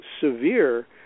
severe